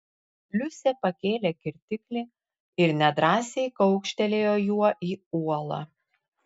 liusė pakėlė kirtiklį ir nedrąsiai kaukštelėjo juo į uolą